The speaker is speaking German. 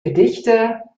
gedichte